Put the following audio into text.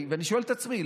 אני שואל את עצמי.